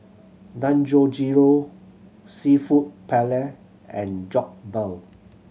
Dangojiru Seafood Paella and Jokbal